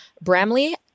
Bramley